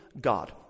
God